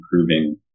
improving